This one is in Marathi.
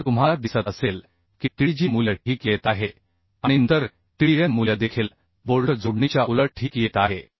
जर तुम्हाला दिसत असेल की TDG मूल्य ठीक येत आहे आणि नंतर TDN मूल्य देखील बोल्ट जोडणीच्या उलट ठीक येत आहे